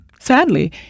sadly